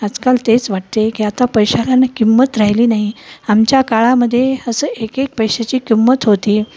आजकाल तेच वाटते की आता पैशाला ना किंमत राहिली नाही आमच्या काळामध्ये असं एक एक पैशाची किंमत होती